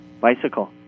bicycle